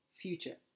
future